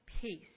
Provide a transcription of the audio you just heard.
Peace